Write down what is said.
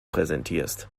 präsentierst